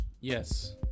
Yes